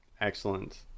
Excellent